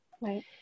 Right